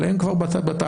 אבל הם כבר בתהליך,